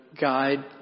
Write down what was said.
guide